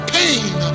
pain